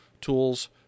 tools